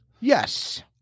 Yes